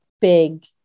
big